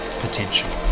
potential